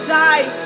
die